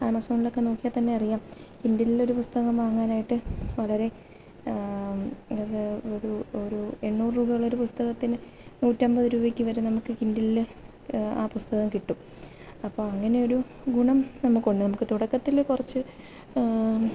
ആമസോണിലൊക്കെ നോക്കിയാൽ തന്നെ അറിയാം കിൻഡിലിൽ ഒരു പുസ്തകം വാങ്ങാനായിട്ട് വളരെ അത് ഒരു ഒരു എണ്ണൂറ് രൂപയുള്ള ഒരു പുസ്തകത്തിന് നൂറ്റമ്പത് രൂപയ്ക്ക് വരെ നമുക്ക് കിൻഡിലിൽ ആ പുസ്തകം കിട്ടും അപ്പോൾ അങ്ങനെ ഒരു ഗുണം നമുക്കുണ്ട് നമുക്ക് തുടക്കത്തിൽ കുറച്ച്